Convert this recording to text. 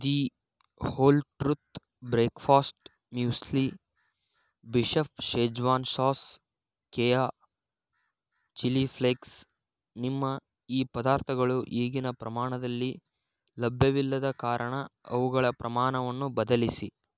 the Whole Truth breakfast muesli ಬಿಷೆಫ್ schezwan sauce ಕೇಯ chilli flakes ನಿಮ್ಮ ಈ ಪದಾರ್ಥಗಳು ಈಗಿನ ಪ್ರಮಾಣದಲ್ಲಿ ಲಬ್ಯವಿಲ್ಲದ ಕಾರಣ ಅವುಗಳ ಪ್ರಮಾಣವನ್ನು ಬದಲಿಸಿ